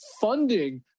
funding